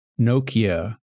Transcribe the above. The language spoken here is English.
Nokia